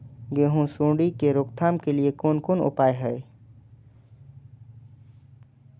गेहूँ सुंडी के रोकथाम के लिये कोन कोन उपाय हय?